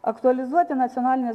aktualizuoti nacionalinės